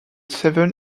seven